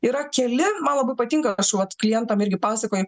yra keli man labai patinka aš vat klientam irgi pasakoju